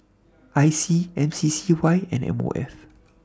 IC MCCY and MOF